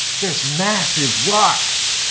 there's massive rocks.